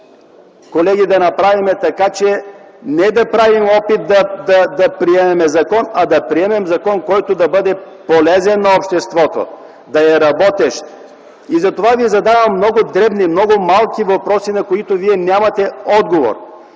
колеги, не да правим опит да приемаме закон, а да приемем закон, който да бъде полезен на обществото, да е работещ. И затова ви задавам много дребни, много малки въпроси, на които вие нямате отговор.